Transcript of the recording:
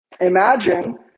Imagine